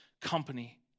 company